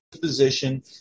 Position